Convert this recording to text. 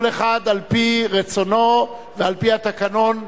כל אחד על-פי רצונו ועל-פי התקנון,